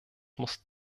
muss